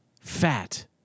fat